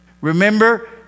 Remember